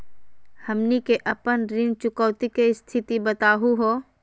हमनी के अपन ऋण चुकौती के स्थिति बताहु हो?